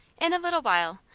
in a little while,